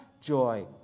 joy